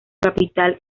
capital